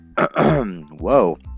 whoa